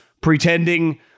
pretending